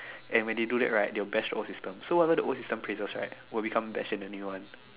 and when they do that right they will bash old system so whatever the old system praises right will become bashed in the new one